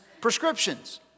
prescriptions